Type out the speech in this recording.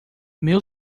meu